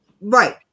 right